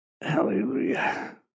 Hallelujah